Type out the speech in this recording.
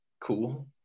cool